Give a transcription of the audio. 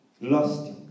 lost